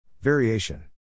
Variation